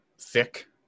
thick